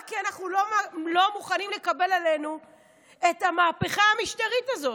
רק כי אנחנו לא מוכנים לקבל עלינו את המהפכה המשטרית הזאת?